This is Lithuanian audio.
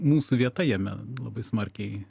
mūsų vieta jame labai smarkiai